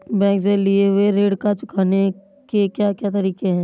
Bank से लिए हुए ऋण को चुकाने के क्या क्या तरीके हैं?